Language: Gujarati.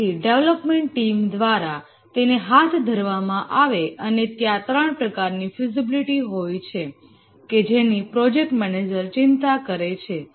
તેથી ડેવલપમેન્ટ ટીમ દ્વારા તેને હાથ ધરવામાં આવે અને ત્યાં ત્રણ પ્રકારની ફિઝિબિલિટી હોય છે કે જેની પ્રોજેક્ટ મેનેજર ચિંતા કરે છે